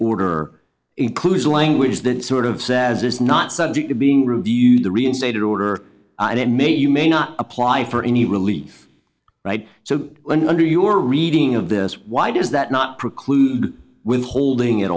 order includes language that sort of says is not subject to being reviewed the reinstated order and it may you may not apply for any relief right so when under your reading of this why does that not preclude with holding